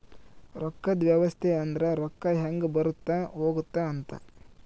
ರೊಕ್ಕದ್ ವ್ಯವಸ್ತೆ ಅಂದ್ರ ರೊಕ್ಕ ಹೆಂಗ ಬರುತ್ತ ಹೋಗುತ್ತ ಅಂತ